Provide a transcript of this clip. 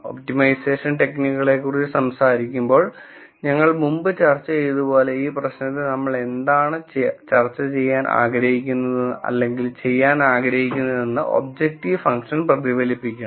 optimisation ടെക്നിക്കുകളെക്കുറിച്ച് സംസാരിക്കുമ്പോൾ ഞങ്ങൾ മുമ്പ് ചർച്ച ചെയ്തതുപോലെ ഈ പ്രശ്നത്തിൽ നമ്മൾ എന്താണ് ചെയ്യാൻ ആഗ്രഹിക്കുന്നതെന്ന് ഒബ്ജക്റ്റീവ് ഫംഗ്ഷൻ പ്രതിഫലിപ്പിക്കണം